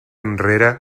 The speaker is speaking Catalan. enrere